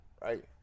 right